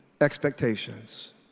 expectations